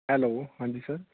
hello ਹਾਂਜੀ sir